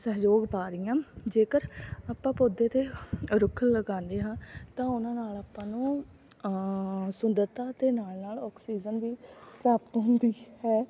ਸਹਿਯੋਗ ਪਾ ਰਹੀ ਹਾਂ ਜੇਕਰ ਆਪਾਂ ਪੌਦੇ ਅਤੇ ਰੁੱਖ ਲਗਾਉਂਦੇ ਹਾਂ ਤਾਂ ਉਹਨਾਂ ਨਾਲ ਆਪਾਂ ਨੂੰ ਸੁੰਦਰਤਾ ਅਤੇ ਨਾਲ ਨਾਲ ਔਕਸੀਜਨ ਵੀ ਪ੍ਰਾਪਤ ਹੁੰਦੀ ਹੈ